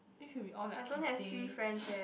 think should be all like Cathay